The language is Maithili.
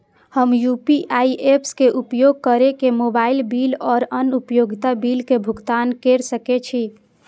हम यू.पी.आई ऐप्स के उपयोग केर के मोबाइल बिल और अन्य उपयोगिता बिल के भुगतान केर सके छी